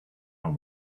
know